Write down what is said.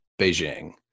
Beijing